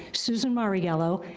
susan mariello,